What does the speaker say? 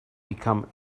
become